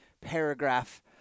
paragraph